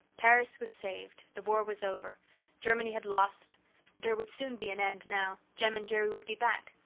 paris was saved the war was over germany had lost there would soon be an end now jem and jerry would be back.